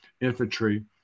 infantry